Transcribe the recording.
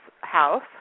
house